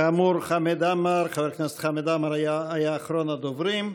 כאמור, חבר הכנסת חמד עמאר היה אחרון הדוברים.